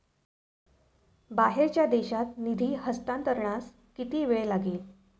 बाहेरच्या देशात निधी हस्तांतरणास किती वेळ लागेल?